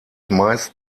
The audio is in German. meist